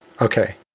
okay?